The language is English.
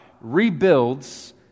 rebuilds